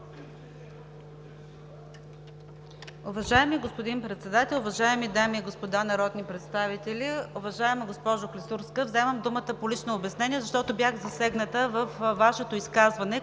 Уважаеми господин Председател, уважаеми дами и господа народни представители! Уважаема госпожо Клисурска, вземам думата за лично обяснение, защото бях засегната във Вашето изказване,